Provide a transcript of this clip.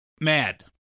mad